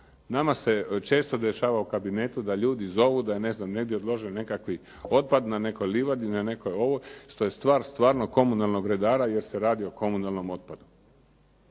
Nama se često dešava u kabinetu da ljudi zovu da je negdje odložen nekakav otpad na nekoj livadi, to je stvar stvarno komunalnog redara jer se radi o komunalnom otpadu.